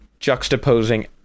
juxtaposing